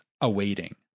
awaiting